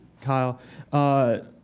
Kyle